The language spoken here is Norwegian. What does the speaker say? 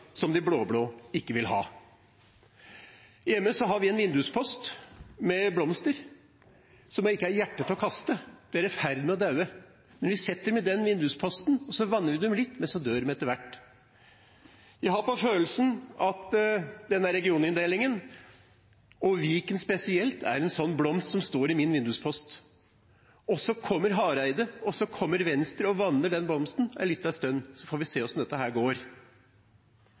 som de blå-blå ikke vil ha. Hjemme har vi en vinduspost med blomster som jeg ikke har hjerte til å kaste. De er i ferd med å dø. Men vi setter dem i den vindusposten, og så vanner vi dem litt, men så dør de etter hvert. Jeg har på følelsen at denne regioninndelingen, og Viken spesielt, er en sånn blomst som den som står i min vinduspost. Og så kommer representanten Hareide og Venstre og vanner den blomsten en liten stund, og så får vi se hvordan dette går.